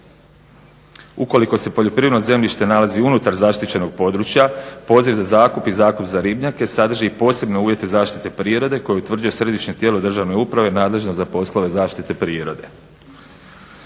Ukoliko se poljoprivredno zemljište nalazi unutar zaštićenog područja poziv za zakup i zakup za ribnjake sadrži posebne uvjete zaštite prirode koje utvrđuje središnje tijelo državne uprave nadležno za poslove zaštite prirode.